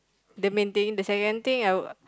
the main thing the second thing I'll